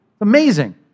amazing